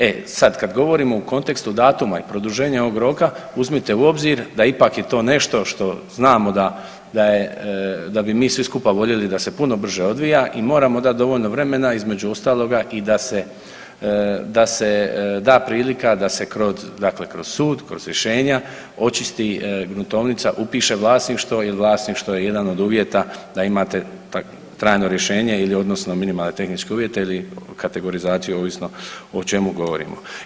E sad kad govorimo u kontekstu datuma i produženja ovog roka uzmite u obzir da ipak je nešto što znamo da, da je, da bi mi svi skupa voljeli da se puno brže odvija i moramo dati dovoljno vremena između ostaloga i da se, da se da prilika da se, dakle kroz sud, kroz rješenja očisti gruntovnica, upiše vlasništvo jer vlasništvo je jedan od uvjeta da imate trajno rješenje ili odnosno minimalne tehničke uvjete ili kategorizaciju ovisno o čemu govorimo.